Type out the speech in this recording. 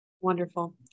Wonderful